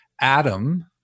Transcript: adam